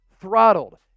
throttled